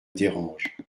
dérange